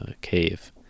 cave